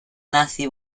nazi